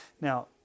Now